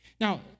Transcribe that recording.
Now